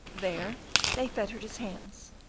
there they fettered his hands,